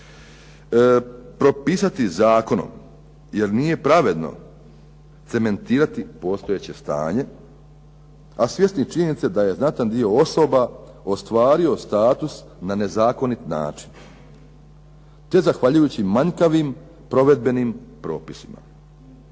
propisati zakonom jer nije pravedno cementirati postojeće stanje, a svjesni činjenice da je znatan dio osoba ostvario status na nezakonit način. To je zahvaljujući manjkavim provedbenim propisima.